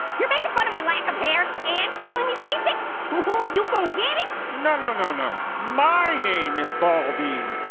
you're making fun of my lack of hair, and calling me basic? ooh, you gonna get it. no, no, no, no. my name is baldi,